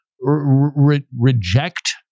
reject